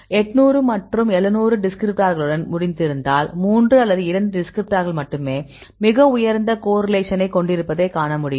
800 மற்றும் 700 டிஸ்கிரிப்டார்களுடன் முடித்திருந்தால் 3 அல்லது 2 டிஸ்கிரிப்டர்கள் மட்டுமே மிக உயர்ந்த கோரிலேஷனை கொண்டிருப்பதைக் காண முடியும்